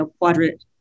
quadrant